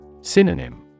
synonym